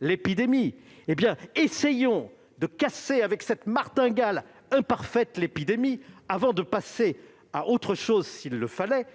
l'épidémie. Essayons donc de casser avec cette martingale imparfaite l'épidémie, avant de passer à autre chose s'il le fallait.